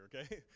okay